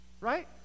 Right